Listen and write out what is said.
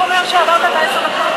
אם היושב-ראש אומר שעברת את עשר הדקות,